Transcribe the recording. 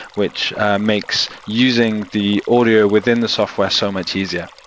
which makes using the audio within the software so much easier,